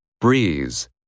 Breeze